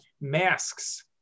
Masks